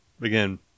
again